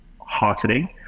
heartening